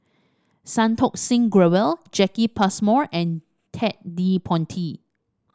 Santokh Singh Grewal Jacki Passmore and Ted De Ponti